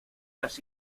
las